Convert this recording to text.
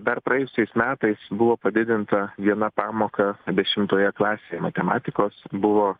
dar praėjusiais metais buvo padidinta viena pamoka dešimtoje klasėje matematikos buvo